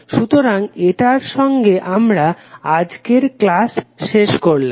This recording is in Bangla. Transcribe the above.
সুতরাং এটার সঙ্গে আমরা আজকের ক্লাস শেষ করলাম